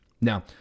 Now